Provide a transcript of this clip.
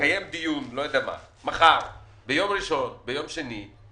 נקיים דיון מחר או בשבוע הבא